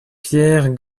pierre